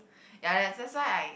ya like that's why I